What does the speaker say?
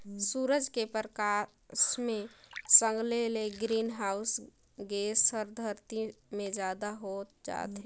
सूरज के परकास मे संघले ले ग्रीन हाऊस गेस हर धरती मे जादा होत जाथे